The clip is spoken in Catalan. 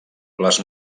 les